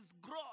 grow